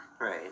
Right